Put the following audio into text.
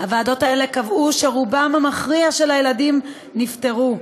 הוועדות האלה קבעו שרובם המכריע של הילדים נפטרו,